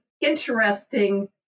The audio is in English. interesting